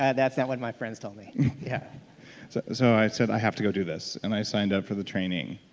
that's not what my friends told me yeah so so i said, i have to go do this, and i signed up for the training